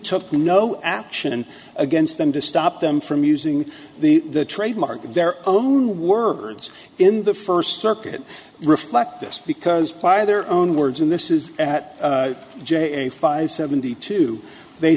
took no action against them to stop them from using the trademark their own words in the first circuit reflect this because by their own words and this is at j a five seventy two they